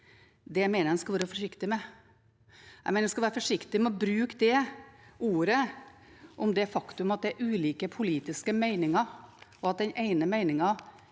mener jeg en skal være forsiktig med. Jeg mener en skal være forsiktig med å bruke det ordet om det faktum at det er ulike politiske meninger. Den ene meningen